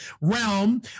realm